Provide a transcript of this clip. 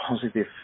positive